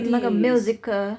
那个 musical